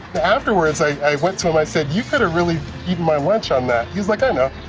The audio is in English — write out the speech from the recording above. afterwards, i i went to him, i said, you could've really eaten my lunch on that. he's like, i know.